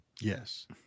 Yes